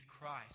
Christ